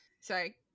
sorry